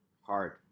hard